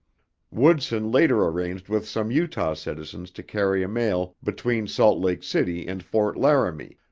woodson later arranged with some utah citizens to carry a mail between salt lake city and fort laramie,